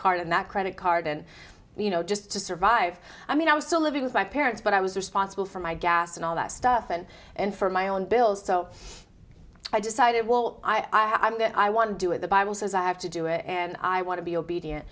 card and that credit card and you know just to survive i mean i was still living with my parents but i was responsible for my gas and all that stuff and and for my own bills so i decided well i am that i want to do it the bible says i have to do it and i want to be obedient